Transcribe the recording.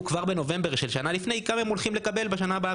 כבר בנובמבר בשנה לפני כמה הם הולכים לקבל בשנה הבאה,